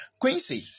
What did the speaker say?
Quincy